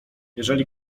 jeżeli